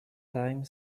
time